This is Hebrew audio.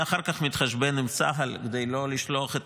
ואחר כך מתחשבן עם צה"ל כדי לא לשלוח את